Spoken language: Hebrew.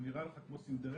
הוא נראה לך כמו סינדרלה,